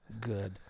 good